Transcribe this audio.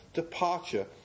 departure